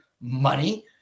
money